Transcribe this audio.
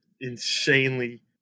insanely